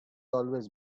always